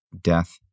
death